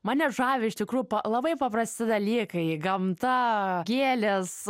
mane žavi iš tikrų labai paprasti dalykai gamta gėlės